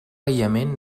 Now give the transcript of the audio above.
aïllament